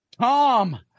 Tom